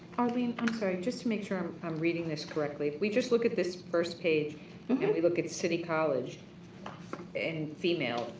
um and i'm sorry, just to make sure um i'm reading this correctly. we just look at this first page and we look at city college in female,